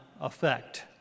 effect